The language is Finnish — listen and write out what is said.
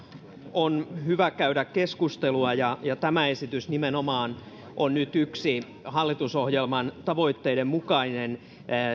on hyvä käydä keskustelua tämä esitys on nyt nimenomaan hallitusohjelman tavoitteiden mukainen